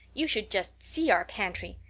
you should just see our pantry.